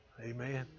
Amen